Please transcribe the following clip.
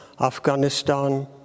Afghanistan